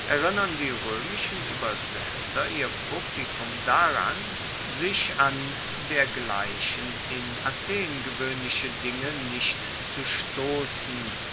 erinnern die roemischen uebersetzer ihr publikum daran sich an dergleichen in athen gewoehnliche dinge nicht zu stossen